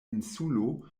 insulo